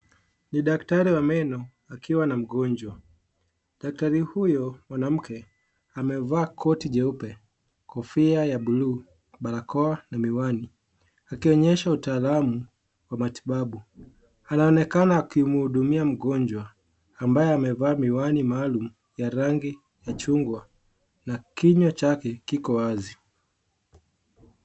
Ni daktari wa meno, akiwa na mgonjwa. Daktari huyo mwanamke amevaa koti jeupe, kofia ya bluu, barakoa na miwani, akionyesha utaalamu wa matibabu. Anaonekana akimhudumia mgonjwa ambaye amevaa miwani maalum ya rangi ya chungwa na kinywa chake kiko wazi.